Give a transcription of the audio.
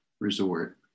resort